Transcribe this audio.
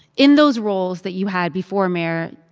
in those roles that you had before mayor,